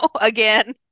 again